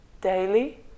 daily